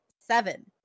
seven